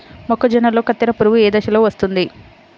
మొక్కజొన్నలో కత్తెర పురుగు ఏ దశలో వస్తుంది?